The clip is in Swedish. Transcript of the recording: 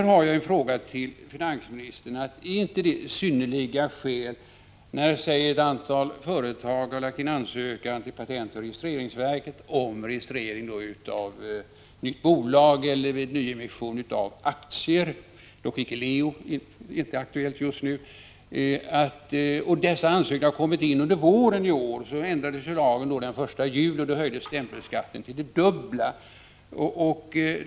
Jag har därför en fråga till finansministern: Är det inte ”synnerliga skäl” när ett antal företag under våren har lagt in ansökan till patentoch registreringsverket om registrering av nytt bolag eller nyemission av aktier — det gäller dock inte LEO, som är aktuellt just nu — och lagen sedan ändras den 1 juli i år och stämpelskatten höjs till det dubbla?